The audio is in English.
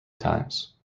times